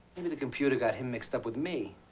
maybe the computer got him mixed up with me.